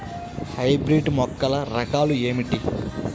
Hybrid మొక్కల రకాలు ఏమిటీ?